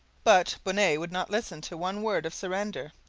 but bonnet would not listen to one word of surrender.